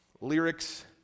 lyrics